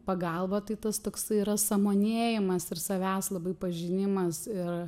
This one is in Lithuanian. pagalba tai tas toks yra sąmonėjimas ir savęs labai pažinimas ir